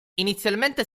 inizialmente